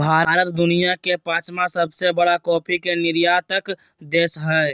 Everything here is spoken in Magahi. भारत दुनिया के पांचवां सबसे बड़ा कॉफ़ी के निर्यातक देश हइ